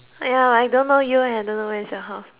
ya I don't know you and don't know where is your house